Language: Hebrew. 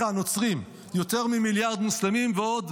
נוצרים, יותר ממיליארד מוסלמים ועוד